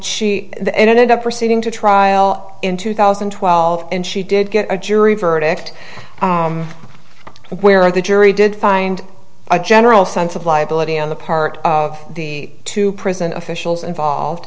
she ended up proceeding to trial in two thousand and twelve and she did get a jury verdict where the jury did find a general sense of liability on the part of the two prison officials